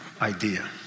idea